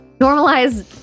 normalize